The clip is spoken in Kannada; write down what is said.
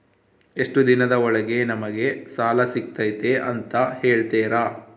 ಎಷ್ಟು ದಿನದ ಒಳಗೆ ನಮಗೆ ಸಾಲ ಸಿಗ್ತೈತೆ ಅಂತ ಹೇಳ್ತೇರಾ?